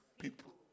people